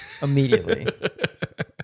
immediately